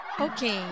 Okay